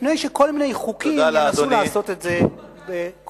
לפני שכל מיני חוקים יאלצו לעשות את זה בכוח.